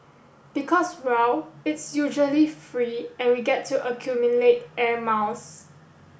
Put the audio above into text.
because well it's usually free and we get to accumulate air miles